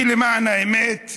אני, למען האמת,